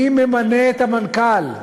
מי ממנה את המנכ"ל?